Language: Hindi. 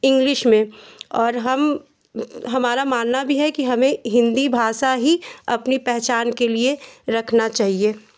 इंग्लिश में और हम हमारा मानना भी है कि हमें हिन्दी भाषा ही अपनी पहचान के लिए रखना चाहिए